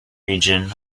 region